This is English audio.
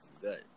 Good